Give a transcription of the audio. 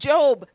Job